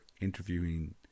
interviewing